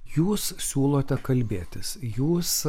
jūs siūlote kalbėtis jūs